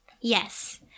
Yes